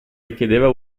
richiedeva